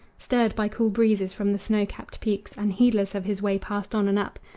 stirred by cool breezes from the snow-capped peaks and heedless of his way passed on and up,